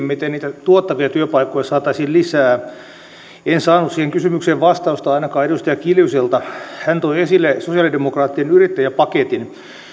miten niitä tuottavia työpaikkoja saataisiin lisää en saanut siihen kysymykseen vastausta ainakaan edustaja kiljuselta hän toi esille sosialidemokraattien yrittäjäpaketin